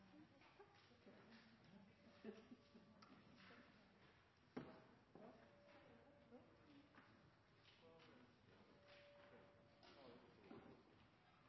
Takk